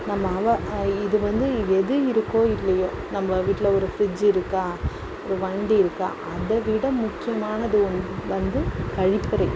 நம்ம இது வந்து எது இருக்கோ இல்லையோ நம்ப வீட்டில் ஒரு ஃப்ரிட்ஜ் இருக்கா ஒரு வண்டி இருக்கா அதை விட முக்கியமானது ஒன்று வந்து கழிப்பறை